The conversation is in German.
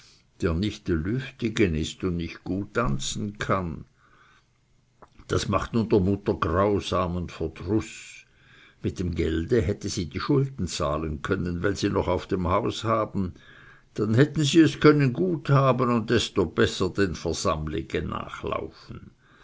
der nicht e lüftige ist und nicht gut tanzen kann das macht nun der mutter grausamen verdruß mit dem geld hätte sie die schulden zahlen können welche sie noch auf dem hof haben dann hätten sie es können gut haben und desto besser den versammlige nachlaufen